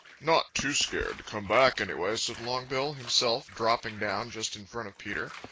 not too scared to come back, anyway, said longbill himself, dropping down just in front of peter.